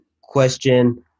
question